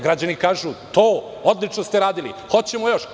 Građani kažu – to, odlično ste radili, hoćemo još.